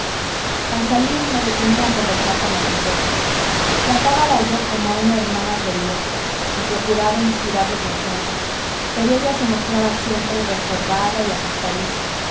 al salir me detenía a conversar con la doncella tratábala yo como a una hermana predilecta y procuraba inspirarle confianza pero ella se mostraba siempre reservada y asustadiza